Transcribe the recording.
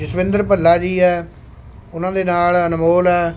ਜਸਵਿੰਦਰ ਭੱਲਾ ਜੀ ਹੈ ਉਹਨਾਂ ਦੇ ਨਾਲ਼ ਅਨਮੋਲ ਹੈ